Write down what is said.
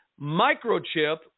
microchip